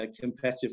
competitive